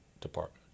department